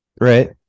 right